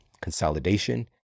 consolidation